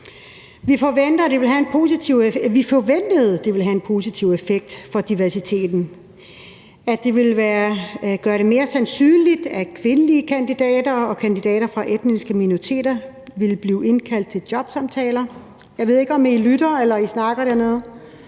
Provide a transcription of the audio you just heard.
Man forventede, at det ville have en positiv effekt for diversiteten, at det ville gøre det mere sandsynligt, at kvindelige kandidater og kandidater fra etniske minoriteter ville blive indkaldt til jobsamtaler – jeg ved ikke, om I lytter eller I snakker dernede,